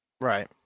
Right